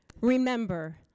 remember